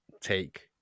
take